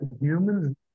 humans